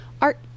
Art